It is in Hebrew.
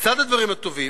לצד הדברים הטובים,